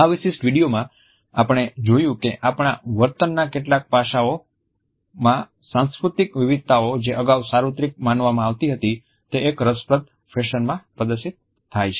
આ વિશિષ્ટ વીડિયોમાં આપણે જોયું કે આપણા વર્તનના કેટલાક પાસાઓમાં સાંસ્કૃતિક વિવિધતા જે અગાઉ સાર્વત્રિક માનવામાં આવતી હતી તે એક રસપ્રદ ફેશનમાં પ્રદર્શિત થાય છે